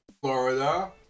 Florida